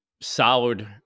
solid